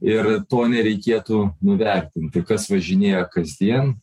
ir to nereikėtų nuvertinti kas važinėja kasdien